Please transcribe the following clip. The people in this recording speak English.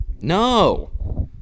No